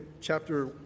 chapter